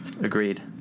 Agreed